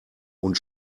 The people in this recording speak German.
und